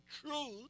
truth